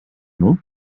nom